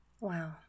Wow